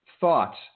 thoughts